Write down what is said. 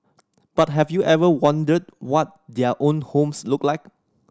but have you ever wondered what their own homes look like